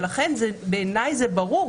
לכן בעיניי זה ברור,